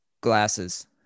Glasses